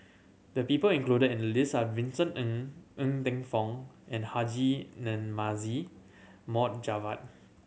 the people included in the list are Vincent Ng Ng Teng Fong and Haji Namazie Mohd Javad